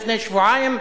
לפני שבועיים,